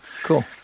Cool